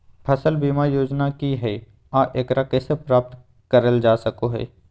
फसल बीमा योजना की हय आ एकरा कैसे प्राप्त करल जा सकों हय?